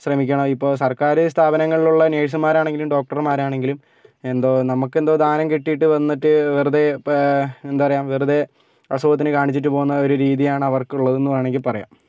ശ്രമിക്കണം ഇപ്പോൾ സർക്കാര് സ്ഥാപനങ്ങളിലുള്ള നഴ്സുമ്മാരാണെങ്കിലും ഡോക്ടർമാരാണെങ്കിലും എന്തോ നമ്മക്കെന്തോ ദാനം കിട്ടിയിട്ട് വന്നിട്ട് വെറുതെ ഇപ്പോൾ എന്താ പറയുക വെറുതെ അസുഖത്തിന് കാണിച്ചിട്ട് പോകുന്ന ആ ഒരു രീതിയാണ് അവർക്കുള്ളതെന്ന് വേണമെങ്കിൽ പറയാം